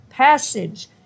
Passage